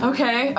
Okay